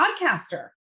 podcaster